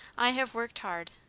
i have worked hard,